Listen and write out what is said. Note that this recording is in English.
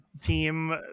team